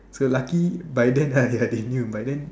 so lucky by then I I they knew by then